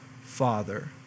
father